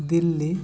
Delhi